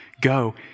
go